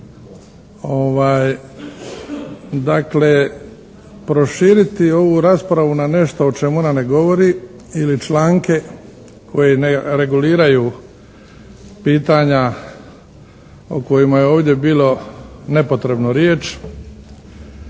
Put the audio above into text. Dakle, proširiti ovu raspravu na nešto o čemu ona ne govori ili članke koji ne reguliraju pitanja o kojima je ovdje bilo nepotrebno riječ